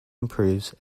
improves